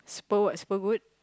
spur what spur wood